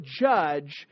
judge